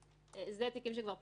אלה התיקים שכבר פתוחים.